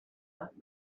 that